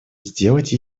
сделать